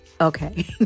Okay